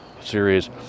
series